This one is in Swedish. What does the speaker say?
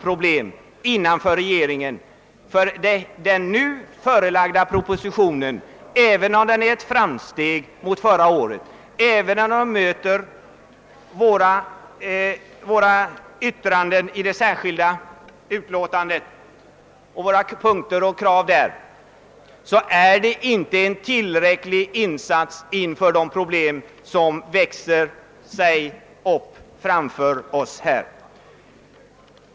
även om den nu framlagda propositionen innebär ett framsteg i jämförelse med förra årets, även om man i viss utsträckning tillmötesgår våra önskemål i det särskilda yttrandet, betyder det inte, att man därmed gör en tillräcklig insats för att gripa sig an med de problem som växer fram inför oss.